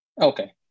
Okay